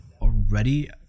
already